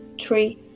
three